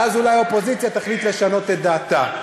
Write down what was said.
ואז אולי האופוזיציה תחליט לשנות את דעתה.